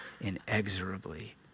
inexorably